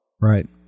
Right